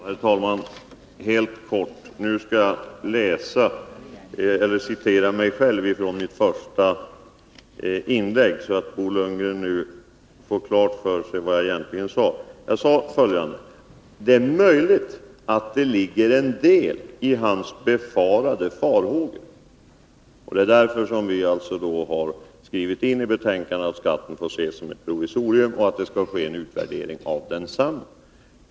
Herr talman! Helt kort; Jag skall upprepa vad jag sade i mitt första inlägg, så att Bo Lundgren får klart för sig vad jag egentligen sade. Jag sade följande: Det är möjligt att det ligger en del i hans farhågor. Det är därför som vi har skrivit in i betänkandet att skatten får ses som ett provisorium och att det skall ske en utvärdering av densamma.